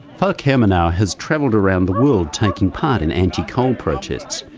falk hermenau has travelled around the world taking part in anti-coal protests,